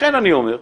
לכן אני אומר,